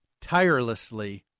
tirelessly